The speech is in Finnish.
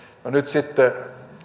no nyt sitten